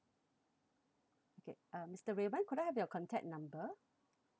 okay um mister raymond could I have your contact number